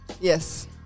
Yes